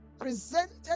presented